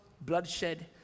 bloodshed